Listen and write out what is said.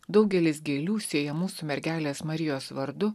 daugelis gėlių siejamų su mergelės marijos vardu